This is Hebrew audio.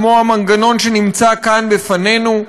כמו המנגנון שנמצא כאן לפנינו,